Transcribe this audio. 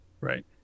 Right